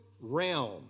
realm